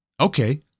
Okay